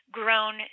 grown